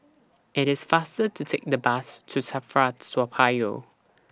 IT IS faster to Take The Bus to SAFRA Toa Payoh